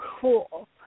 cool